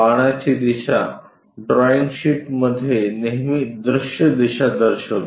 बाणाची दिशा drawing sheet मध्ये नेहमी दृश्य दिशा दर्शवते